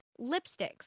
lipsticks